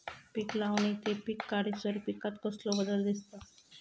पीक लावणी ते पीक काढीसर पिकांत कसलो बदल दिसता?